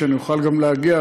שאני אוכל גם להגיע,